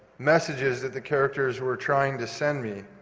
messages that the characters were trying to send me.